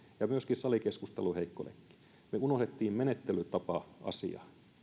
ja myöskin salikeskustelun heikko lenkki me unohdimme menettelytapa asian